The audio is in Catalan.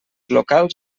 locals